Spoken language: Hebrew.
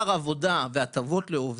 25 מיליון שקלים עבור שכר עבודה והטבות לעובדים.